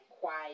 quiet